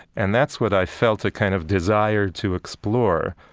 and that's what i felt a kind of desire to explore,